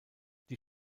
die